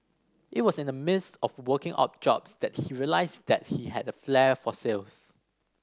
it was in the midst of working odd jobs that he realised that he had a flair for sales